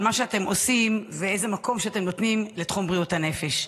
על מה שאתם עושים ולמקום שאתם נותנים לתחום בריאות הנפש.